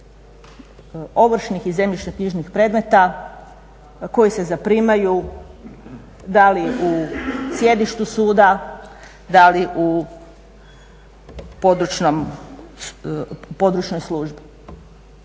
ovršnih i zemljišnoknjižnih predmeta koji se zaprimaju da li u sjedištu suda, da li u područnoj službi.